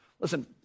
Listen